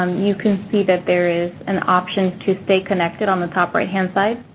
um you can see that there is an option to stay connected on the top right-hand side.